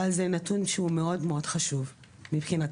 אבל זה נתון שהוא מאוד חשוב מבחינתנו.